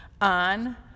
on